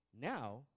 Now